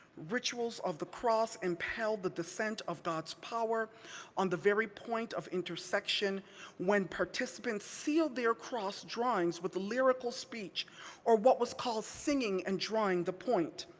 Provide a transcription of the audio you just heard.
rituals of the cross impelled the descent of god's power on the very point of intersection when participants sealed their cross drawings with a lyrical speech or what was called singing and drawing the point.